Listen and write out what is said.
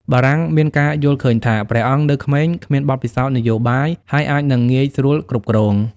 បារាំងមានការយល់ឃើញថា ព្រះអង្គនៅក្មេង គ្មានបទពិសោធន៍នយោបាយ ហើយអាចនឹងងាយស្រួលគ្រប់គ្រង។